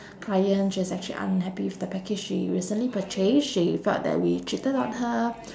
client she's actually unhappy with the package she recently purchased she felt that we cheated on her